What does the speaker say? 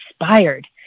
inspired